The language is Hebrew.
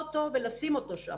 ולשים אותו שם.